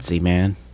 man